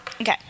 Okay